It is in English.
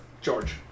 George